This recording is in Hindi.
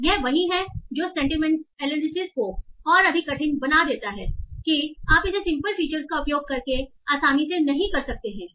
तो यह वही है जो सेंटीमेंट एनालिसिस को और अधिक कठिन बना देता है कि आप इसे सिंपल फीचर्स का उपयोग करके आसानी से नहीं कर सकते हैं